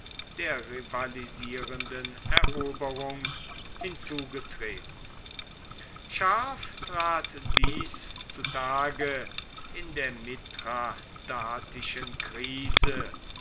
der rivalisierenden eroberung hinzugetreten scharf trat dies zutage in der mithradatischen krise